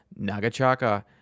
Nagachaka